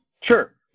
Sure